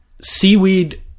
Seaweed